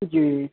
جی